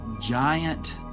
giant